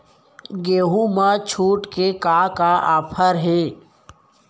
गेहूँ मा छूट के का का ऑफ़र हे?